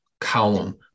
column